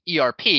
ERP